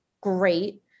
great